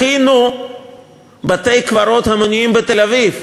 הכינו בתי-קברות המוניים בתל-אביב,